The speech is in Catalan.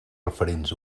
referents